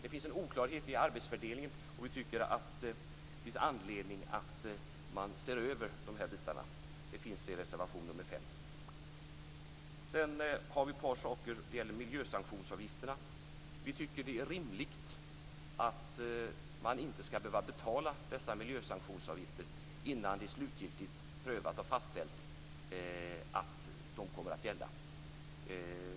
Det finns en oklarhet i arbetsfördelningen och vi tycker att det finns anledning att man ser över de här bitarna. Det finns i reservation nr 5. Vi har ett par saker till. Det gäller miljösanktionsavgifterna. Vi tycker att det är rimligt att man inte ska behöva betala dessa miljösanktionsavgifter innan det är slutgiltigt prövat och fastställt att de kommer att gälla.